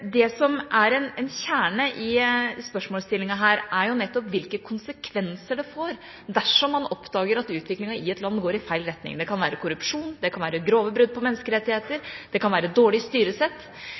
En kjerne i spørsmålsstillingen her er jo nettopp hvilke konsekvenser det får, dersom man oppdager at utviklingen i et land går i feil retning – det kan være korrupsjon, det kan være grove brudd på menneskerettigheter,